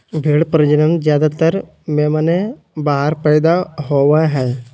भेड़ प्रजनन ज्यादातर मेमने बाहर पैदा होवे हइ